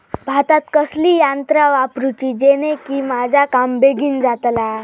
भातात कसली यांत्रा वापरुची जेनेकी माझा काम बेगीन जातला?